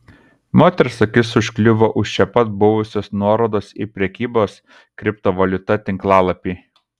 moters akis užkliuvo už čia pat buvusios nuorodos į prekybos kriptovaliuta tinklalapį